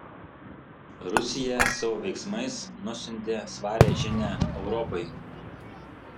rusija savo veiksmais nusiuntė svarią žinią europai